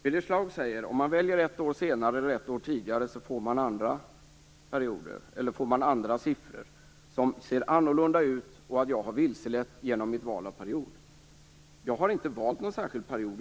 Fru talman! Birger Schlaug säger att om man väljer ett år senare eller tidigare får man andra siffror som ser annorlunda ut. Jag skall ha vilselett genom mitt val av tidsperiod. Jag har inte valt någon särskild period.